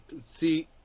see